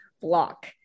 block